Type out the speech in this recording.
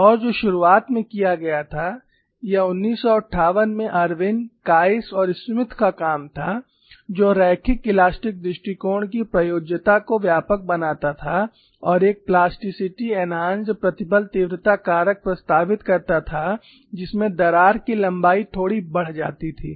और जो शुरुआत में किया गया था यह 1958 में इरविन कीस और स्मिथ का काम था जो रैखिक इलास्टिक दृष्टिकोण की प्रयोज्यता को व्यापक बनाता था और एक प्लास्टिसिटी एन्हांस्ड प्रतिबल तीव्रता कारक प्रस्तावित करता था जिसमें दरार की लंबाई थोड़ी बढ़ जाती थी